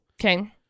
Okay